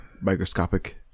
microscopic